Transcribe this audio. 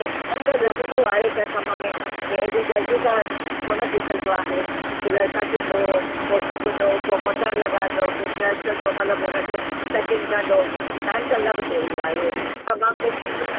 त टाइम त लॻंदो आहे कंहिं कम में भई एॾी जल्दी त कोन थी सघंदो आहे टेलर कटींदो पोइ सुबंदो पोइ बटण लॻाईंदो पोइ प्रेस कंदो मतिलबु हुन खे पैकिंग कंदो टाइम त लॻंदो ई आहे पर मां कोशिशि करे